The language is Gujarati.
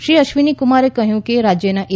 શ્રી અશ્વિનીકુમારે કહ્યું કે રાજ્યના એ